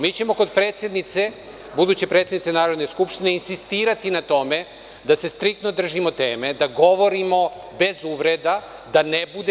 Mi ćemo kod buduće predsednice Narodne skupštine insistirati na tome da se striktno držimo teme, da govorimo bez uvreda, da ne bude